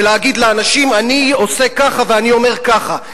ולהגיד לאנשים: אני עושה ככה ואני אומר ככה?